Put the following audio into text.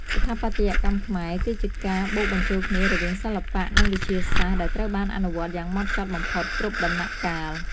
ស្ថាបត្យកម្មខ្មែរគឺជាការបូកបញ្ចូលគ្នារវាងសិល្បៈ និង វិទ្យាសាស្ត្រដែលត្រូវបានអនុវត្តយ៉ាងហ្មត់ចត់បំផុតគ្រប់ដំណាក់កាល។